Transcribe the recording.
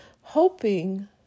Hoping